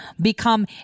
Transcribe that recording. become